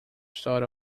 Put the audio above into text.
sort